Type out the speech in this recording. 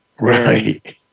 Right